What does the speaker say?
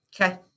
Okay